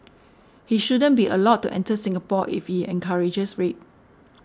he shouldn't be allowed to enter Singapore if he encourages rape